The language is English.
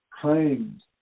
claims